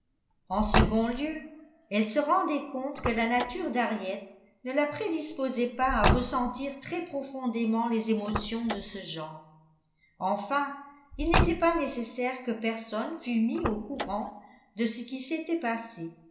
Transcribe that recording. en second lieu elle se rendait compte que la nature d'harriet ne la prédisposait pas à ressentir très profondément les émotions de ce genre enfin il n'était pas nécessaire que personne fût mis au courant de ce qui s'était passé